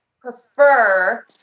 prefer